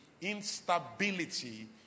instability